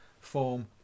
form